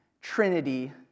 trinity